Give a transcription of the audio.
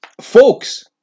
folks